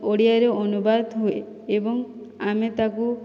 ଓଡ଼ିଆରେ ଅନୁବାଦ ହୁଏ ଏବଂ ଆମେ ତାକୁ